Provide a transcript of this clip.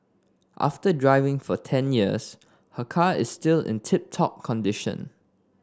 after driving for ten years her car is still in tip top condition